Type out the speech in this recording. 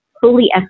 fully